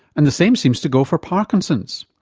and the same seems to go for parkinson's.